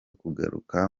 kugaruka